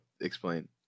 explain